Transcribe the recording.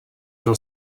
byl